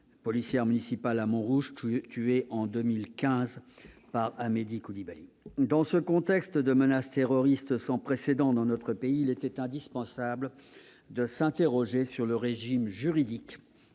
policière municipale à Montrouge, tuée en 2015 par Amedy Coulibaly. Dans ce contexte de menace terroriste sans précédent dans notre pays, il était indispensable de s'interroger sur le régime juridique